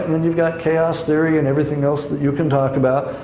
then you've got chaos theory and everything else that you can talk about,